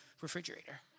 refrigerator